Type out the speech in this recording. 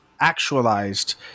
actualized